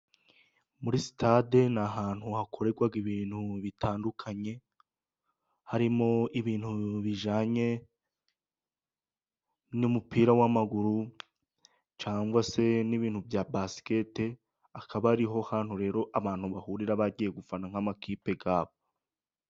Muri sitade ni ahantu hakorerwa ibintu bitandukanye, harimo ibintu bijyanye n'umupira w'amaguru, cyangwa se n'ibintu bya basikete, akaba ariho hantu rero abantu bahurira bagiye gufana nk'amakipe yabo.